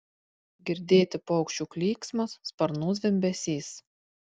girdėti paukščių klyksmas sparnų zvimbesys